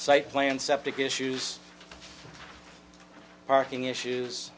site plans septic issues parking issues